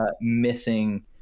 missing